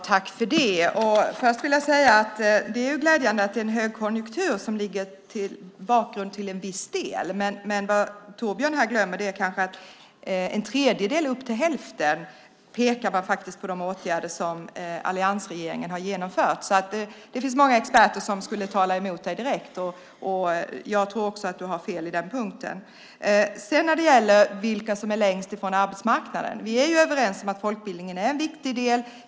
Herr talman! Det är glädjande att det till viss del är en högkonjunktur som är bakgrunden. Men vad Torbjörn glömmer är att man för en tredjedel, upp till hälften, pekar på de åtgärder som alliansregeringen har genomfört. Det finns många experter som skulle tala emot dig direkt. Jag tror att du har fel på den punkten. När det gäller dem som är längst från arbetsmarknaden är vi överens om att folkbildningen är en viktig del.